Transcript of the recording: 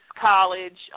College